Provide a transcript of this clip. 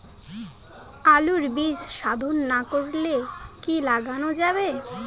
আলুর বীজ শোধন না করে কি লাগানো যাবে?